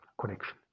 connection